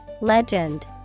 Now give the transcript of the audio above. Legend